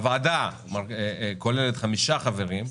הוועדה כוללת חמישה חברים,